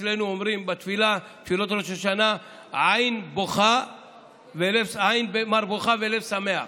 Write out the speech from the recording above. אצלנו אומרים בתפילות ראש השנה: עין במר בוכה ולב שמח.